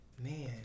man